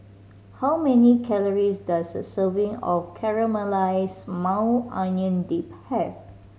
how many calories does a serving of Caramelized Maui Onion Dip have